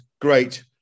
great